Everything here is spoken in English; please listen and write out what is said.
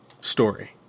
story